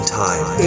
time